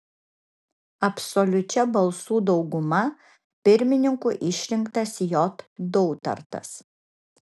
absoliučia balsų dauguma pirmininku išrinktas j dautartas